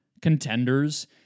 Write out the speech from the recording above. contenders